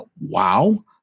Wow